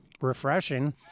refreshing